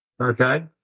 Okay